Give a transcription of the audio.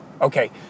Okay